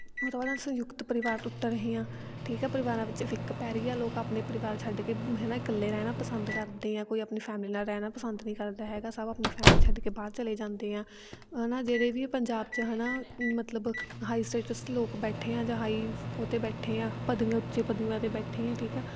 ਉਹ ਤੋਂ ਬਾਅਦ ਸੰਯੁਕਤ ਪਰਿਵਾਰ ਟੁੱਟ ਰਹੇ ਆਂ ਠੀਕ ਆ ਪਰਿਵਾਰਾਂ ਵਿੱਚ ਫਿੱਕ ਪੈ ਰਹੀ ਆ ਲੋਕ ਆਪਣੇ ਪਰਿਵਾਰ ਛੱਡ ਕੇ ਹੈ ਨਾ ਇਕੱਲੇ ਰਹਿਣਾ ਪਸੰਦ ਕਰਦੇ ਆ ਕੋਈ ਆਪਣੀ ਫੈਮਿਲੀ ਨਾਲ ਰਹਿਣਾ ਪਸੰਦ ਨਹੀਂ ਕਰਦਾ ਹੈਗਾ ਸਭ ਆਪਣੀ ਫੈਮਲੀ ਛੱਡ ਕੇ ਬਾਹਰ ਚਲੇ ਜਾਂਦੇ ਆ ਹੈ ਨਾ ਜਿਹੜੇ ਵੀ ਪੰਜਾਬ 'ਚ ਹੈ ਨਾ ਮਤਲਬ ਹਾਈ ਸਟੇਟਸ ਲੋਕ ਬੈਠੇ ਆ ਜਾਂ ਹਾਈ ਉਹ 'ਤੇ ਬੈਠੇ ਆ ਪਦਵੀਆਂ ਉੱਚੇ ਪਦਵੀਆਂ 'ਤੇ ਬੈਠੇ ਆ ਠੀਕ ਆ